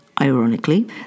Ironically